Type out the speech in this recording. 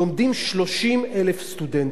לומדים 30,000 סטודנטים.